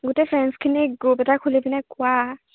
গোটেই ফ্ৰেণ্ডছখিনি গ্ৰুপ এটা খুলি পিনে কোৱা